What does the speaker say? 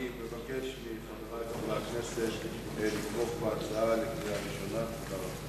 אני מבקש מחברי חברי הכנסת לתמוך בהצעה בקריאה ראשונה.